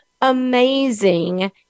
amazing